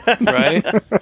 Right